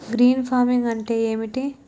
Green farming అంటే ఏమిటి?